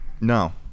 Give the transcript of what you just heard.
No